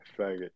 Faggot